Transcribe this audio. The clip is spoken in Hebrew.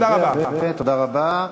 תעודות זהות מזויפות?